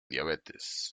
diabetes